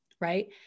right